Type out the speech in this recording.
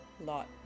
lot